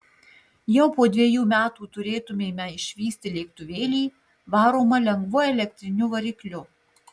jau po dviejų metų turėtumėme išvysti lėktuvėlį varomą lengvu elektriniu varikliu